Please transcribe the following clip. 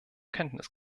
kenntnis